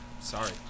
sorry